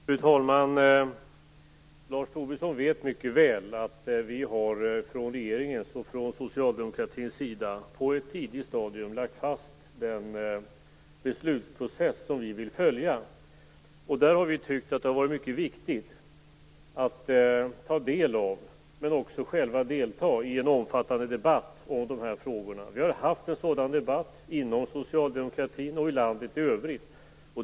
Fru talman! Lars Tobisson vet mycket väl att regeringen och socialdemokratin på ett tidigt stadium har lagt fast den beslutsprocess som vi vill följa. Vi har tyckt att det har varit mycket viktigt att ta del av, och även själva delta i, en omfattande debatt om dessa frågor. Vi har haft en sådan debatt inom socialdemokratin och i landet i övrigt.